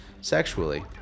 sexually